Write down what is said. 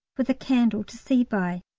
with a candle to see by.